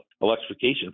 electrification